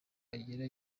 agira